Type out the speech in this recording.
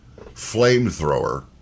flamethrower